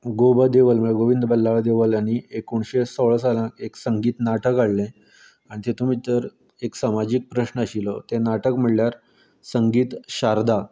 गो ब देवल म्हळ्यार गोविंद बल्लाळ देवळ ह्यांनी एकोणशे सोळा सालान एक संगीत नाटक हाडलें आनी तेतून भितर एक समाजीक प्रश्न आशिल्लो तें नाटक म्हळ्यार संगीत शारदा